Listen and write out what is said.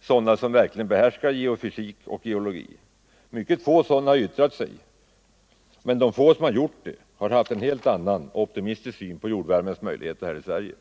sådana som verkligen behärskar geofysik och geologi — yttrat sig i frågan, men de få som har gjort det har haft en helt annan, och optimistisk, syn på jordvärmens möjligheter i Sverige.